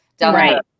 Right